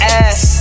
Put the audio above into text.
ass